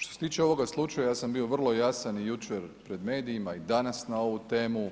Što se tiče ovoga slučaja, ja sam bio vrlo jasan i jučer pred medijima i danas na ovu temu,